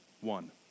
one